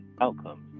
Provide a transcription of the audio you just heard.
outcomes